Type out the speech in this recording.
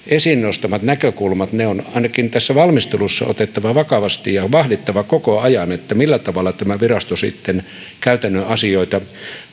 esiin nostamat näkökulmat on ainakin tässä valmistelussa otettava vakavasti ja vahdittava koko ajan millä tavalla tämä virasto sitten käytännön asioita